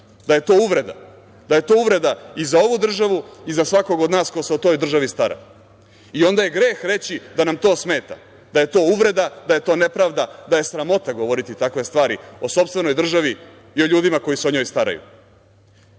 da je to uvreda. Da je to uvreda i za ovu državu i za svakog od nas ko se o toj državi stara. Onda je greh reći da nam to smeta, da je to uvreda, da je to nepravda, da je sramota govoriti takve stvari o sopstvenoj državi i o ljudima koji se o njoj staraju. Slušajte